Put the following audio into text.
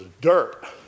Dirt